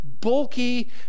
Bulky